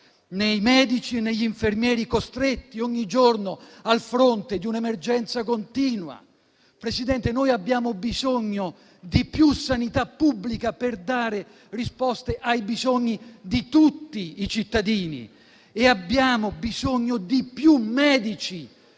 nei medici e negli infermieri costretti ogni giorno al fronte di un'emergenza continua. Signor Presidente, noi abbiamo bisogno di più sanità pubblica, per dare risposte ai bisogni di tutti i cittadini. Ed abbiamo bisogno di più medici.